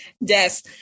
Yes